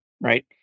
right